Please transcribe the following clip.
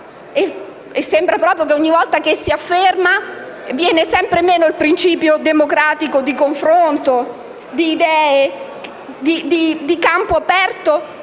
E sembra proprio che ogni volta venga sempre meno il principio democratico di confronto di idee, di campo aperto